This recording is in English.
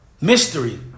Mystery